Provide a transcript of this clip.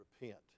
repent